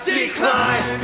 decline